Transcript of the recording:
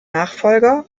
nachfolger